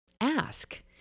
ask